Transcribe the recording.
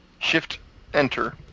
Shift-Enter